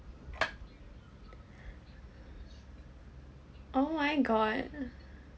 oh my god uh